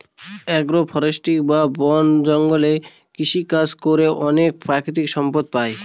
আগ্র ফরেষ্ট্রী বা বন জঙ্গলে কৃষিকাজ করে অনেক প্রাকৃতিক সম্পদ পাই